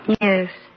Yes